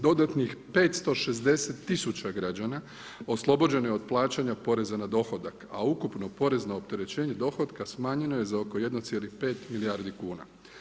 Dodatnih 560000 građana oslobođeno je od plaćanja poreza na dohodak, a ukupno porezno opterećenje dohotka smanjeno je za oko 1,5 milijardi kuna.